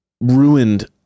ruined